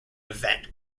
event